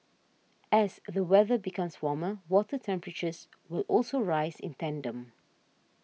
as the weather becomes warmer water temperatures will also rise in tandem